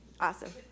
awesome